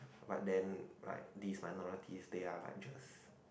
but then like these that minorities they are like just